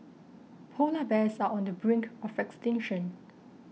Polar Bears are on the brink of extinction